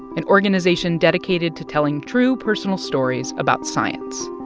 an organization dedicated to telling true personal stories about science.